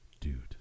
dude